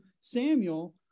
Samuel